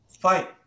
Fight